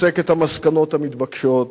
הסק את המסקנות המתבקשות,